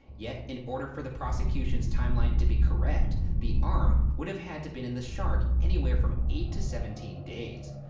yet, in order for the prosecution's timeline to be correct, the arm would have had to been in the shark anywhere from eight to seventeen days,